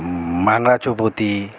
মংরা চৌপতি